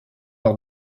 lors